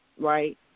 right